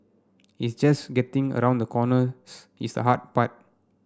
it's just getting around the corners its a hard part